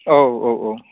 औ औ औ